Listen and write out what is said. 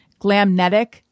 Glamnetic